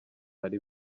ari